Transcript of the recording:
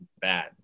bad